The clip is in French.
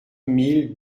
mille